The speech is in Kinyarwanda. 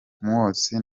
umwotsi